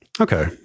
Okay